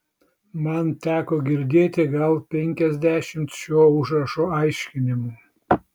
man teko girdėti gal penkiasdešimt šio užrašo aiškinimų